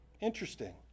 Interesting